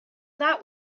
that